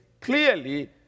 clearly